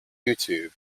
youtube